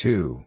Two